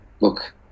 look